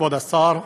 כבוד השר,